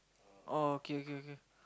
oh okay okay okay